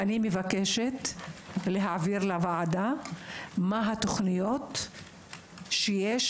אני מבקשת להעביר לוועדה מהן התוכניות שיש